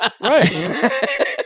Right